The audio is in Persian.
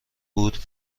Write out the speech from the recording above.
بود